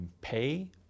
pay